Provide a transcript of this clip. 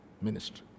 ministry